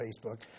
Facebook